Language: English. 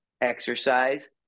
exercise